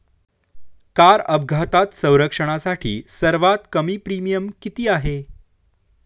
Car अपघात संरक्षणासाठी सर्वात कमी प्रीमियम किती आहे?